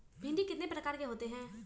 मिट्टी कितने प्रकार के होते हैं?